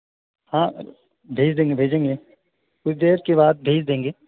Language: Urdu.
ہاں بھیج دیں گے بھیجیں گے کچھ دیر کے بعد بھیج دیں گے